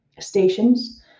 stations